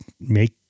make